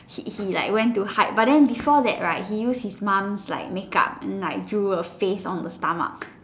he he like when to hide but then before that right he used his mom's like makeup and like drew a face on the stomach